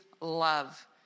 love